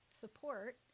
Support